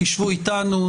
תשבו איתנו,